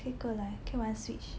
可以过来可以玩 switch